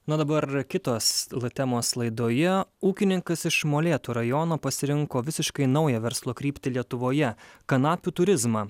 na dabar kitos la temos laidoje ūkininkas iš molėtų rajono pasirinko visiškai naują verslo kryptį lietuvoje kanapių turizmą